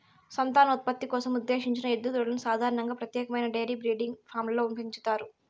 సంతానోత్పత్తి కోసం ఉద్దేశించిన ఎద్దు దూడలను సాధారణంగా ప్రత్యేకమైన డెయిరీ బ్రీడింగ్ ఫామ్లలో పెంచుతారు